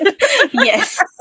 Yes